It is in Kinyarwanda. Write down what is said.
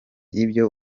ibyo